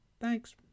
Thanks